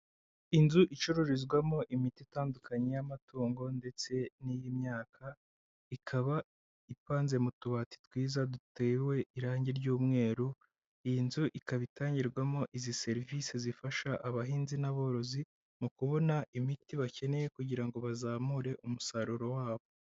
Inzu icururizwamo imiti itandukanye y'amatungo ndetse n'iy'imyaka, ikaba ipanze mu tubati twiza dutewe irangi ry'umweru. Iyi nzu ikaba itangirwamo izi serivisi zifasha abahinzi n'aborozi mu kubona imiti bakeneye, kugira ngo bazamure umusaruro wabo.